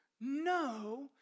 no